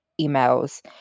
emails